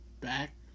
back